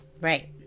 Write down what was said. Right